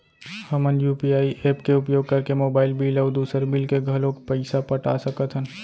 हमन UPI app के उपयोग करके मोबाइल बिल अऊ दुसर बिल के घलो पैसा पटा सकत हन